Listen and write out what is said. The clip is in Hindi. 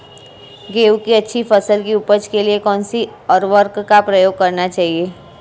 गेहूँ की अच्छी फसल की उपज के लिए कौनसी उर्वरक का प्रयोग करना चाहिए?